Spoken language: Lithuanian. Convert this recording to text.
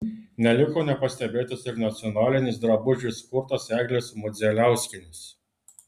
neliko nepastebėtas ir nacionalinis drabužis kurtas eglės modzeliauskienės